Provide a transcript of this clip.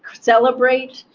celebrate,